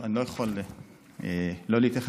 ואני לא יכול שלא להתייחס,